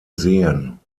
sehen